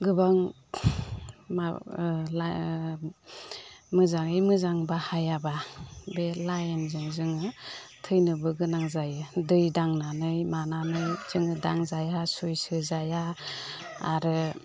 गोबां मोजाङै मोजां बाहायाब्ला बे लाइनजों जोङो थैनोबो गोनां जायो दै दांनानै मानानै जोङो दांजाया सुइट्च होजाया आरो